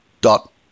dot